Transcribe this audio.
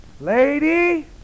Lady